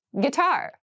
Guitar